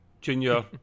junior